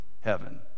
Heaven